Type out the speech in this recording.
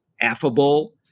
affable